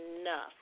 enough